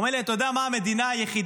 הוא אומר לי: אתה יודע מה המדינה היחידה